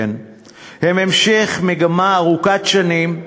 הם המשך מגמה ארוכת שנים,